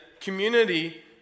community